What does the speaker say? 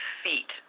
feet